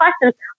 questions